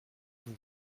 vous